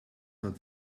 hat